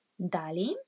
Dali